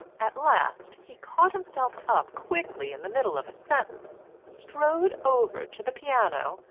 at last he caught himself up quickly in the middle of a sentence, strode over to the piano,